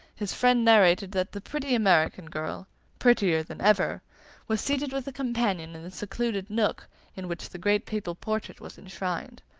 his friend narrated that the pretty american girl prettier than ever was seated with a companion in the secluded nook in which the great papal portrait was enshrined.